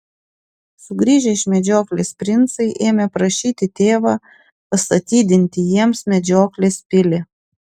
sugrįžę iš medžioklės princai ėmė prašyti tėvą pastatydinti jiems medžioklės pilį